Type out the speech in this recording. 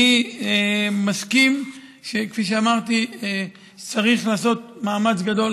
אני מסכים שכפי שאמרתי צריך לעשות מאמץ גדול,